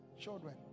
Children